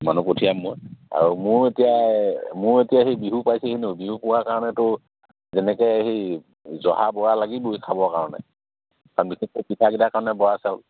মানুহ পঠিয়াম মই আৰু মোৰ এতিয়া মোৰ এতিয়া সেই বিহু পাইছেহিতো বিহু পোৱাৰ কাৰণেতো যেনেকৈ সেই জহা বৰা লাগিবই খাবৰ কাৰণে কাৰণ বিশেষকৈ পিঠাকেইটাৰ কাৰণে বৰা চাউল